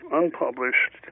unpublished